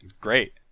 Great